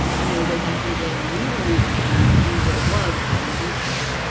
i know way back in the day when we were new to the game, we would have loved having these tips.